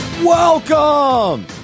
Welcome